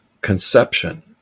conception